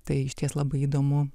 tai išties labai įdomu